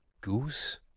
Goose